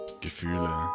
Gefühle